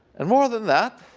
and more than that,